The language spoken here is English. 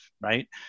right